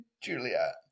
Juliet